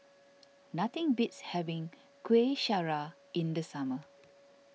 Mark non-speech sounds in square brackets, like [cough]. [noise] nothing beats having Kueh Syara in the summer